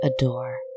adore